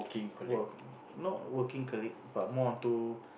work not working colleague but more onto